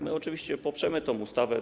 My oczywiście poprzemy tę ustawę.